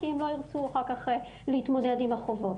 כי הם לא יוכלו אחר כך להתמודד עם החובות.